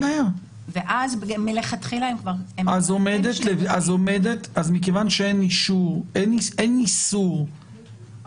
ואז מלכתחילה הם כבר --- אז מכיוון שאין איסור על